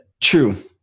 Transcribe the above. True